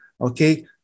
okay